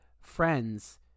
friends